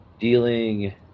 Dealing